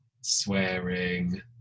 swearing